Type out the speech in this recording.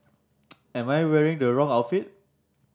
am I wearing the wrong outfit